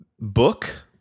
Book